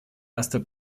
erster